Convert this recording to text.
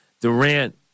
Durant